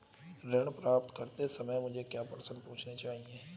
ऋण प्राप्त करते समय मुझे क्या प्रश्न पूछने चाहिए?